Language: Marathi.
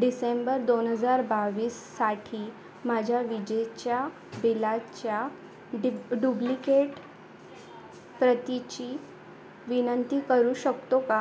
डिसेंबर दोन हजार बावीससाठी माझ्या विजेच्या बिलाच्या डिब डुब्लिकेट प्रतीची विनंती करू शकतो का